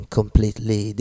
completely